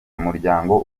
umuryango